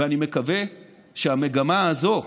ואני מקווה שהמגמה הזאת,